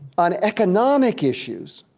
on economic issues,